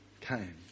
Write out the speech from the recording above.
came